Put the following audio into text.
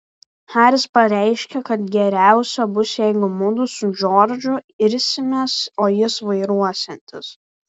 haris pareiškė kad geriausia bus jeigu mudu su džordžu irsimės o jis vairuosiantis